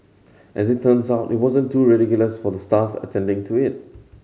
as it turns out it wasn't too ridiculous for the staff attending to it